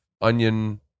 onion